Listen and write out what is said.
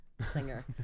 singer